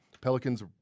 pelicans